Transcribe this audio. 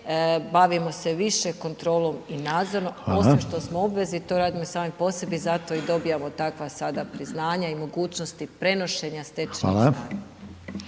bavimo se više kontrolom i nadzorom .../Upadica: Hvala./... osim što smo u obvezi to raditi sami po sebi, zato i dobivamo takva sada priznanja i mogućnosti prenošenja stečenih znanja.